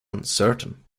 uncertain